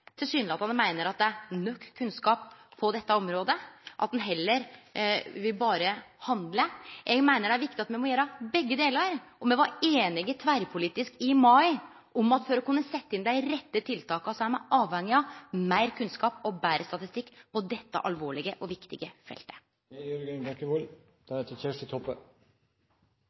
tilsynelatande meiner at det er nok kunnskap på dette området, og at ein heller berre vil handle. Eg meiner at det er viktig at me gjer begge delar. Me var einige tverrpolitisk i mai om at for å kunne setje inn dei rette tiltaka er me avhengige av meir kunnskap og betre statistikk på dette alvorlege og viktige feltet.